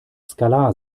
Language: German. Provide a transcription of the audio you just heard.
skalar